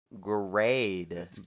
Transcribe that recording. grade